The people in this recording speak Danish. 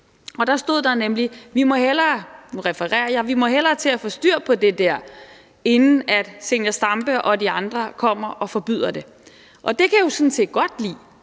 Der stod, og jeg refererer: Vi må hellere til at få styr på det der, inden Zenia Stampe og de andre kommer og forbyder det. Det kan jeg sådan set